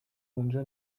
اونجا